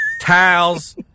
towels